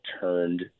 turned